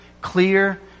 clear